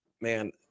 man